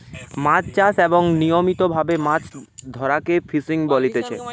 মাছ চাষ এবং নিয়মিত ভাবে মাছ ধরাকে ফিসিং বলতিচ্ছে